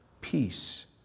peace